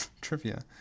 trivia